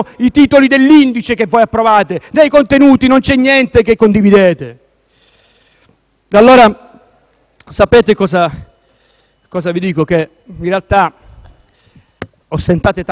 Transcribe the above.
allora cosa vi dico? In realtà ho sentito tante volte che questo grande provvedimento possa portare alla riduzione dei costi del Parlamento,